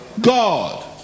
God